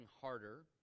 harder